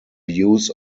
use